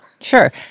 Sure